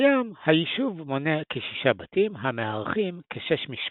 כיום היישוב מונה כשישה בתים המארחים כשש משפחות.